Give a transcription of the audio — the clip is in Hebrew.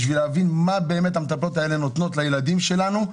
בשביל להבין מה באמת המטפלות האלה נותנות לילדים שלנו,